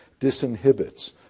disinhibits